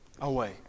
away